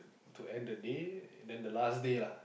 to end the day and then the last day lah